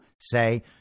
say